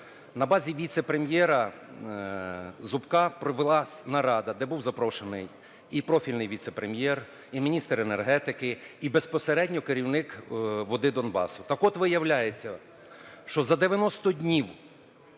На базі віце-прем'єра Зубка провелась нарада, де був запрошений і профільний віце-прем'єр, і міністр енергетики, і безпосередньо керівник "Води Донбасу". Так от, виявляється, що за 90 днів